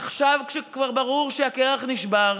עכשיו, כשכבר ברור שהקרח נשבר,